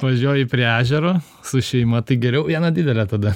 važiuoji prie ežero su šeima tai geriau vieną didelę tada